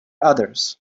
others